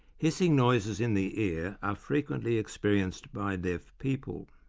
hissing noises in the ear are frequently experienced by deaf people.